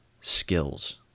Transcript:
skills